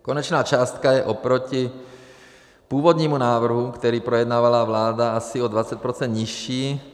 Konečná částka je oproti původnímu návrhu, který projednávala vláda, asi o 20 % nižší.